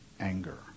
anger